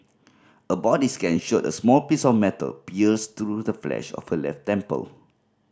a body scan showed a small piece of metal pierced through the flesh of her left temple